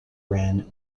ran